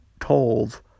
told